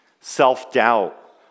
self-doubt